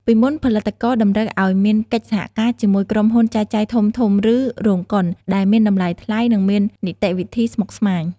ពីមុន ផលិតករតម្រូវឱ្យមានកិច្ចសហការជាមួយក្រុមហ៊ុនចែកចាយធំៗ ឬរោងកុន ដែលមានតម្លៃថ្លៃ និងមាននីតិវិធីស្មុគស្មាញ។